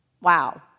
wow